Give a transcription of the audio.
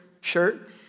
shirt